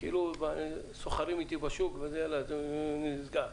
כאילו סוחרים איתי בשוק, ונסגר.